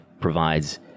provides